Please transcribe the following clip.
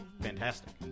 fantastic